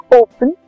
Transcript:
open